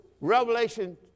Revelation